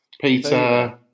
Peter